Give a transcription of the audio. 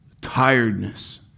tiredness